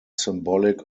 symbolic